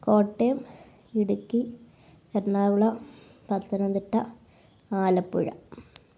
Kottayam Idukki Ernakulam Pathanamthitta Alappuzha